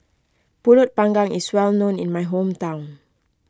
Pulut Panggang is well known in my hometown